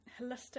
holistic